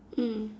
mm